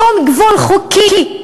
שום גבול חוקי.